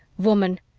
woman,